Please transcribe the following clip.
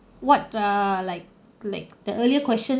what err like like the earlier question